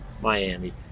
miami